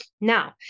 Now